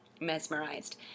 mesmerized